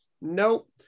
Nope